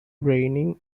reigning